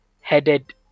headed